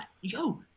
yo